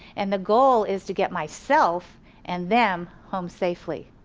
and the goal is to get myself and them home safely.